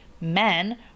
men